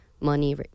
money